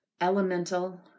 elemental